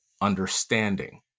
understanding